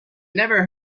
never